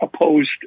opposed